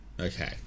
okay